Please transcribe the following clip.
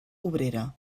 obrera